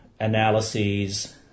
analyses